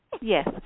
Yes